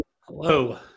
hello